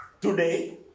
Today